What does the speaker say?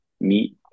meat